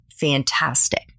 Fantastic